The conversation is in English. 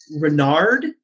renard